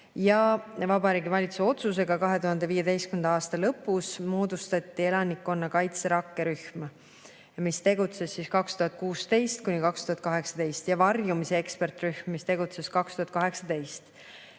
Vabariigi Valitsuse otsusega 2015. aasta lõpus moodustati elanikkonnakaitse rakkerühm, mis tegutses 2016–2018, ja varjumise ekspertrühm, mis tegutses 2018.